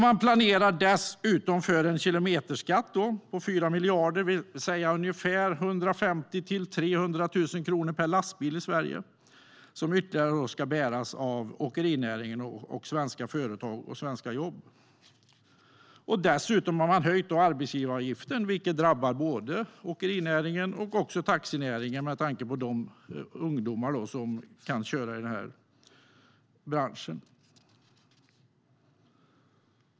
Man planerar dessutom för en kilometerskatt på 4 miljarder, det vill säga 150 000-300 000 kronor per lastbil i Sverige, vilket ska bäras av åkerinäringen, svenska företag och svenska jobb. Man har också höjt arbetsgivaravgiften, vilket drabbar både åkerinäringen och taxinäringen, med tanke på de ungdomar som kan jobba inom branschen.